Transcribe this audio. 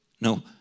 No